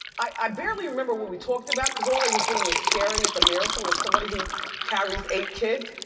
i barely remember what we talked about cause all i was doin was staring at the miracle of somebody who carries eight kids.